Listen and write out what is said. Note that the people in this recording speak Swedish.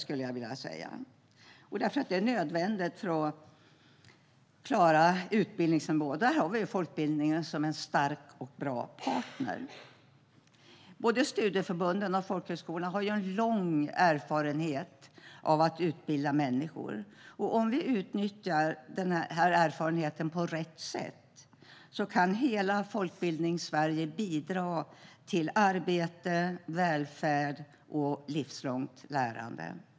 Det är nödvändigt för att klara utbildningsnivån. Där har vi folkbildningen som en stark och bra partner. Både studieförbunden och folkhögskolorna har en lång erfarenhet av att utbilda människor. Om vi utnyttjar den erfarenheten på rätt sätt kan hela Folkbildningssverige bidra till arbete, välfärd och livslångt lärande.